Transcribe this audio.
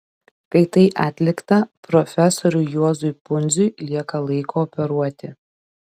kai tai atlikta profesoriui juozui pundziui lieka laiko operuoti